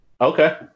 Okay